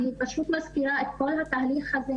אני פשוט מזכירה את כל התהליך הזה,